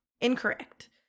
Incorrect